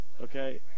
Okay